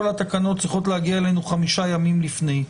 כל התקנות צריכות להגיע אלינו חמישה ימים לפני.